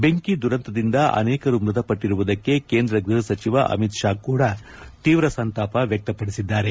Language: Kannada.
ಬೆಂಕಿ ದುರಂತದಿಂದ ಅನೇಕರು ಮೃತಪಟ್ಟರುವುದಕ್ಕೆ ಕೇಂದ್ರ ಗೃಹ ಸಚಿವ ಅಮಿತ್ ಶಾ ಕೂಡ ತೀವ್ರ ಸಂತಾಪ ವ್ಯಕ್ತಪಡಿಸಿದ್ದಾರೆ